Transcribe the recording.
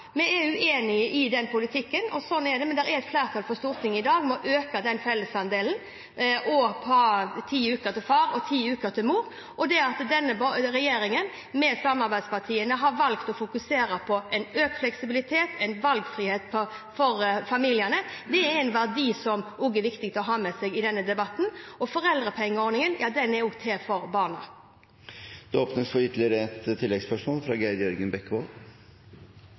Vi er uenig i den politikken, og sånn er det, men det er et flertall i Stortinget i dag for å øke fellesandelen og ha ti uker til far og ti uker til mor, og det at denne regjeringen, sammen med samarbeidspartiene, har valgt å fokusere på økt fleksibilitet og valgfrihet for familiene, er en verdi som også er viktig å ha med seg i denne debatten – og foreldrepengeordningen er også til for barna. Geir Jørgen Bekkevold – til oppfølgingsspørsmål. For